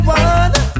one